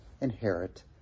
inherit